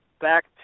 back